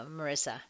Marissa